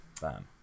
Bam